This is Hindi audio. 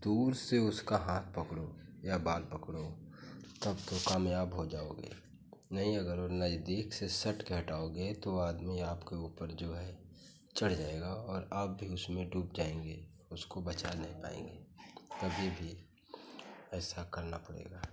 दूर से उसका हाँथ पकड़ो या बाल पकड़ो तब तो कामयाब हो जाओगे नहीं अगर वो नजदीक से सटके हटाओगे तो वो आदमी आपके ऊपर जो है चढ़ जाएगा और आप भी उसमें डूब जाएंगे उसको बचा नहीं पाएंगे कभी भी ऐसा करना पड़ेगा